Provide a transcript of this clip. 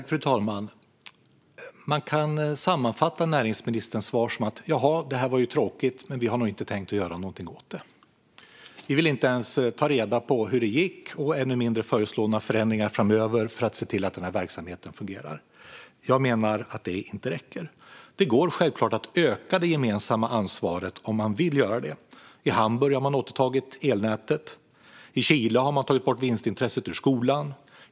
Fru talman! Man kan sammanfatta näringsministerns svar så här: Jaha, det här var ju tråkigt, men vi har nog inte tänkt göra något åt det. Ni vill inte ens ta reda på hur det gick, ännu mindre föreslå några förändringar framöver för att se till att denna verksamhet fungerar. Jag menar att det inte räcker. Det går självklart att öka det gemensamma ansvaret om man vill göra det. I Hamburg har man återtagit elnätet. I Chile har man tagit bort vinstintresset ur skolan.